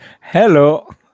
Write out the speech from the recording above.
Hello